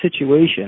situation